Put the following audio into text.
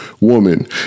woman